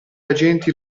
agenti